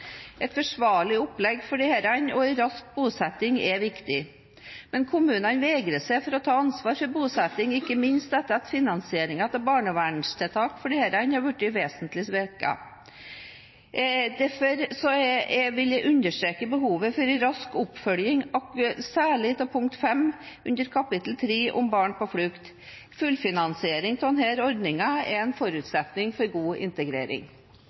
Et forsvarlig opplegg for disse og en rask bosetting er viktig. Men kommunene vegrer seg for å ta ansvar for bosetting, ikke minst etter at finansieringen til barnevernstiltak for disse har blitt vesentlig svekket. Derfor vil jeg understreke behovet for en rask oppfølging av særlig punkt fem under kapittel tre om Barn på flukt. Fullfinansiering av denne ordningen er en forutsetning for god integrering. Nå er det jo stor enighet i denne salen om veien videre for integrering,